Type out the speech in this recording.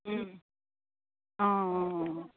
অঁ অঁ